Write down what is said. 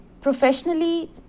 Professionally